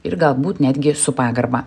ir galbūt netgi su pagarba